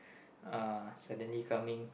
uh suddenly coming